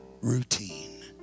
routine